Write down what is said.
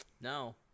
no